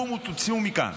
קומו, תצאו מכן.